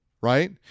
Right